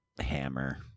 Hammer